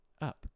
Up